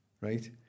right